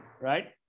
right